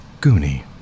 Goonie